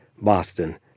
Boston